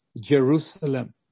Jerusalem